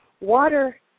Water